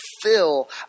fill